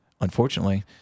unfortunately